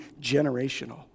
generational